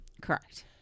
Correct